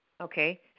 Okay